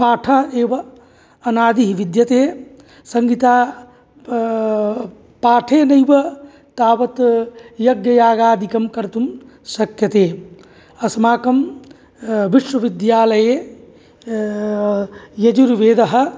पाठः एव अनादिः विद्यते संहिता पाठेनैव तावद् यज्ञयागादिकं कर्तुं शक्यते अस्माकं विश्वविद्यालये यजुर्वेदः